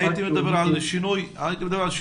הייתי מדבר על שינוי התנהגותי,